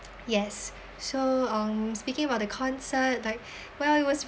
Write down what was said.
yes so um speaking about the concert like well it was